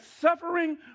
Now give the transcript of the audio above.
suffering